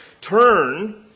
turn